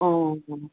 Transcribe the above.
ꯑꯣ